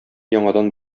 яңадан